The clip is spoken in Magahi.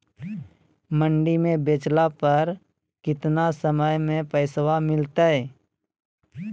मंडी में बेचला पर कितना समय में पैसा मिलतैय?